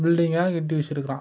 building கட்டி வச்சிருக்கிறான்